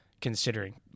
considering